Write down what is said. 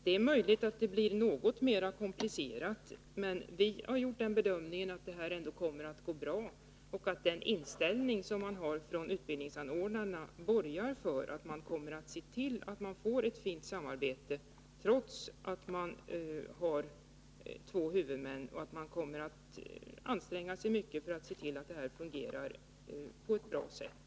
Det är möjligt att det blir något mera komplicerat, men vi har gjort den bedömningen att det ändå kommer att gå bra. Den inställning som utbildningsanordnarna har borgar för att de kommer att se till att det blir ett fint samarbete, trots att man har två huvudmän, och att de kommer att anstränga sig mycket för att se till att det hela skall fungera på ett bra sätt.